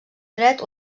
dret